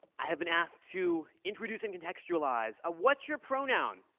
i have been asked to introduce and contextualize. ah what's your pronoun?